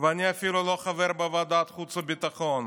ואני אפילו לא חבר בוועדת החוץ והביטחון,